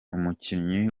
umukinnyi